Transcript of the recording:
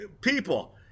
People